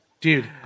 Dude